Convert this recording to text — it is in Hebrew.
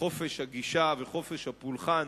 שחופש הגישה וחופש הפולחן